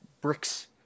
bricks